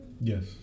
yes